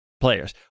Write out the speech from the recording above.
players